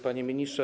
Panie Ministrze!